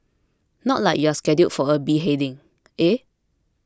not like you're scheduled for a beheading eh